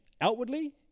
outwardly